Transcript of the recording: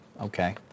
okay